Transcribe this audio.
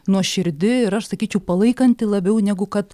nuoširdi ir aš sakyčiau palaikanti labiau negu kad